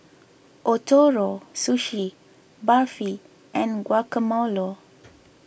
Ootoro Sushi Barfi and Guacamole